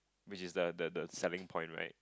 which is the the the selling point right